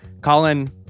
colin